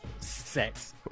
sex